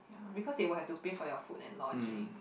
because they will have to pay for your food and lodging